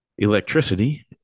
electricity